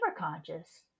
superconscious